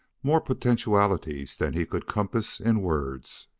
more potentialities than he could compass in words.